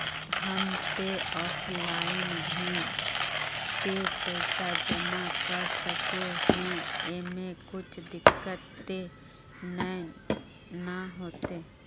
हम ते ऑफलाइन भी ते पैसा जमा कर सके है ऐमे कुछ दिक्कत ते नय न होते?